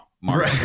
Mark